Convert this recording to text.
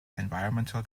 environmental